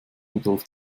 rudolf